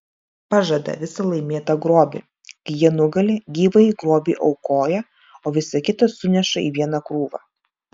pažada visą laimėtą grobį kai jie nugali gyvąjį grobį aukoja o visa kita suneša į vieną krūvą